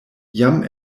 jam